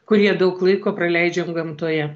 kurie daug laiko praleidžiam gamtoje